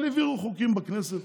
אבל העבירו חוקים בכנסת.